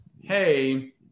hey –